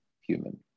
human